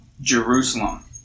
Jerusalem